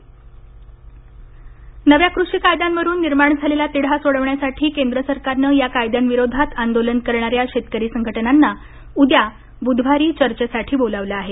शेतकरी आमंत्रण नव्या कृषी कायद्यांवरून निर्माण झालेला तिढा सोडवण्यासाठी केंद्र सरकारनं या कायद्यांविरोधात आंदोलन करणाऱ्या शेतकरी संघटनांना उद्या बुधवारी चर्चेसाठी बोलावलं आहे